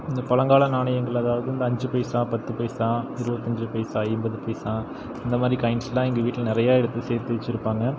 இந்த பழங்கால நாணயங்கள் அதாவது இந்த அஞ்சு பைசா பத்து பைசா இருபத்தஞ்சி பைசா ஐம்பது பைசா இந்த மாரி காயின்ஸ்லாம் எங்கள் வீட்டில் நிறையா எடுத்து சேர்த்து வச்சுருப்பாங்க